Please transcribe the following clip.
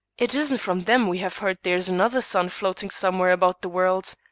it isn't from them we have heard there is another son floating somewhere about the world.